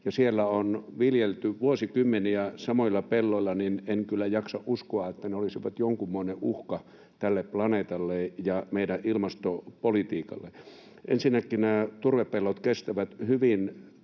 siellä on viljelty vuosikymmeniä samoilla pelloilla. En kyllä jaksa uskoa, että ne olisivat jonkunmoinen uhka tälle planeetalle ja meidän ilmastopolitiikalle. Ensinnäkin nämä turvepellot kestävät hyvin